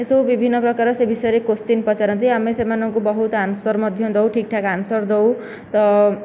ଏସବୁ ବିଭିନ୍ନ ପ୍ରକାର ସେ ବିଷୟରେ କ୍ୱେଶ୍ଚନ ପଚାରନ୍ତି ଆମେ ସେମାନଙ୍କୁ ବହୁତ୍ ଆନସର୍ ମଧ୍ୟ ଦେଉ ଠିକ୍ ଠାକ୍ ଆନସର ମଧ୍ୟ ଦେଉ ତ